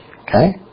Okay